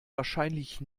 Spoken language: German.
wahrscheinlich